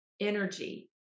energy